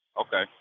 Okay